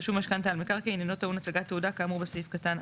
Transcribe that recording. רישום משכנתה על מקרקעין אינו טעון הצגת תעודה כאמור בסעיף קטן (א).